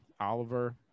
Oliver